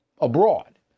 abroad